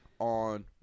on